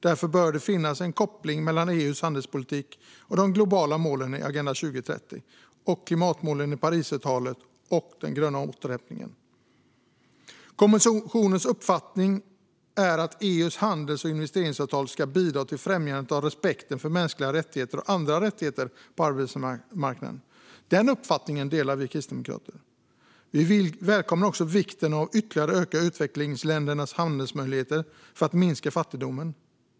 Därför bör det finnas en koppling mellan EU:s handelspolitik, de globala målen i Agenda 2030, klimatmålen i Parisavtalet och den gröna återhämtningen. Kommissionens uppfattning är att EU:s handels och investeringsavtal ska bidra till främjandet av respekten för mänskliga rättigheter och andra rättigheter på arbetsmarknaden. Den uppfattningen delar vi kristdemokrater. Vi välkomnar också vikten av att ytterligare öka utvecklingsländernas handelsmöjligheter för att minska fattigdomen.